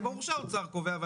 זה ברור שהאוצר קובע.